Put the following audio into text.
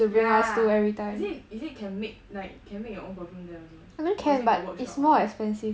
yeah is it is it can make like you can make your own perfume there also or is it got workshop [one]